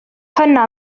hwnna